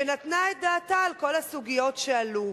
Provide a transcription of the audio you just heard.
שנתנה את דעתה על כל הסוגיות שעלו.